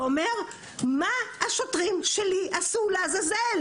ושואל מה השוטרים שלי עשו, לעזאזל?